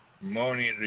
money